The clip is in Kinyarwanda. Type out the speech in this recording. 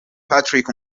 patrick